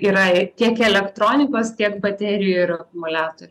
susiduriame yra tiek elektronikos tiek baterijų ir akumuliatorių